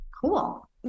cool